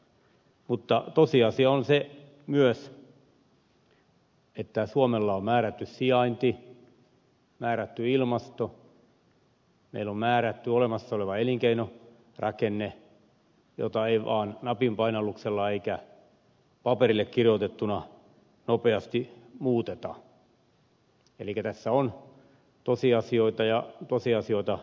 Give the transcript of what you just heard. mutta tosiasia on se myös että suomella on määrätty sijainti määrätty ilmasto meillä on määrätty olemassa oleva elinkeinorakenne jota ei vaan napin painalluksella eikä paperille kirjoitettuna nopeasti muuteta elikkä tässä on tosiasioita ja tosiasioita vastakkain